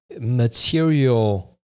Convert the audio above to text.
material